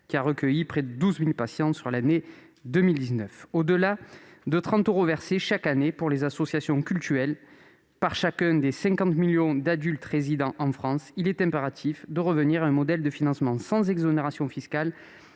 qui a accueilli près de 12 000 patients pendant l'année 2019. Au-delà de 30 euros versés chaque année pour les associations cultuelles par chacun des 50 millions d'adultes résidant en France, il est impératif de revenir à un modèle de financement sans exonération fiscale